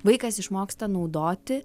vaikas išmoksta naudoti